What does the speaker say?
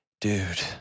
Dude